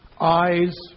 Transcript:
eyes